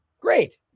Great